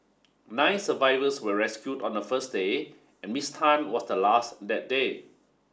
nine survivors were rescued on the first day and Miss Tan was the last that day